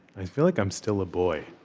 i feel like i'm still a boy